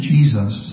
Jesus